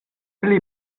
pli